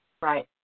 Right